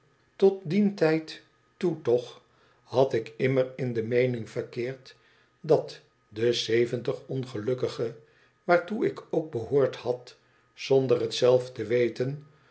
tot dien tijd toe toch had ik immer in de meening verkeerd dat deaeventig ongelukkige waartoe ik ook behoord had zonder het zelf te weten